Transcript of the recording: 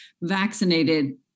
vaccinated